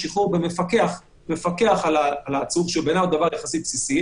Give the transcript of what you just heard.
כללית שצריך לדעת מספר המעצרים בישראל הוא גבוה,